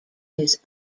his